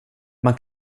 man